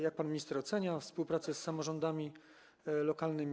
Jak pan minister ocenia współpracę z samorządami lokalnymi?